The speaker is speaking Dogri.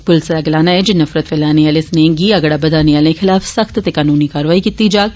पुलस दा गलाना ऐ जे नफरत फैलाने आले स्नेह गी अगड़ा बदाने आले खिलाफ सख्त ते कनूनी कार्रवाई कीती जाग